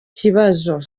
kibazo